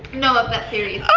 no, of that series.